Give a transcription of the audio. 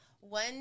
one